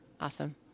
Awesome